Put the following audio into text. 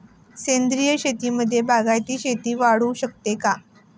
सेंद्रिय शेतीमध्ये बागायती शेती वाढवू शकतो का?